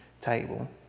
table